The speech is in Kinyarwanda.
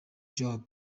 jobs